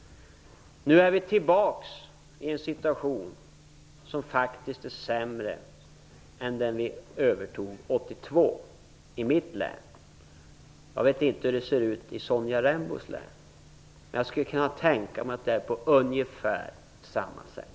Nu är vi tillbaka i en situation i mitt län som faktiskt är sämre än den vi övertog 1982. Jag vet inte hur det ser ut i Sonja Rembos län, men jag skulle kunna tänka mig att det är på ungefär samma sätt.